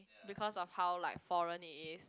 because of how like foreign it is